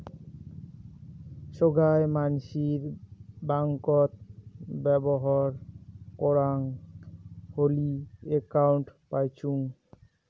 সোগায় মানসির ব্যাঙ্কত ব্যবহর করাং হলি একউন্ট পাইচুঙ